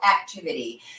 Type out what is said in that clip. activity